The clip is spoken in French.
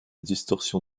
distorsion